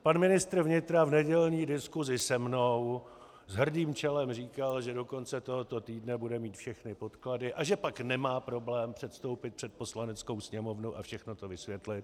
Pan ministr vnitra v nedělní diskusi se mnou s hrdým čelem říkal, že do konce tohoto týdne bude mít všechny podklady a že pak nemá problém předstoupit před Poslaneckou sněmovnu a všechno to vysvětlit.